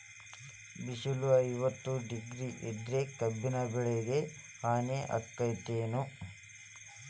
ಬಿಸಿಲ ಐವತ್ತ ಡಿಗ್ರಿ ಇದ್ರ ಕಬ್ಬಿನ ಬೆಳಿಗೆ ಹಾನಿ ಆಕೆತ್ತಿ ಏನ್?